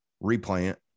replant